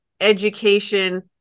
education